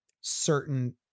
certain